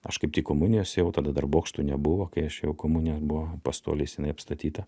aš kaip tik komunijos ėjau tada dar bokštų nebuvo kai aš ėjau komunijos buvo pastoliais jinai apstatyta